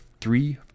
three